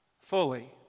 fully